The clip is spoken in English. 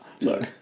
Look